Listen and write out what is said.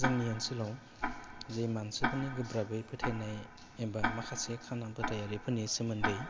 जोंनि ओनसोलाव जे मानसिफोरनि गोब्राबै फोथायनाय एबा माखासे खाना फोथायारिफोरनि सोमोन्दै